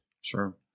Sure